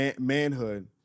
manhood